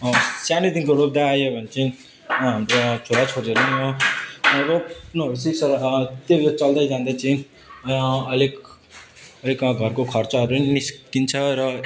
सानैदेखिको रोप्दै आयो भने चाहिँ हाम्रो यहाँ छोराछोरीहरू नि यो रोप्नु सिक्छ र त्यसले चल्दै जाँदा चाहिँ अलिक रे क घरको खर्चहरू नि निस्किन्छ र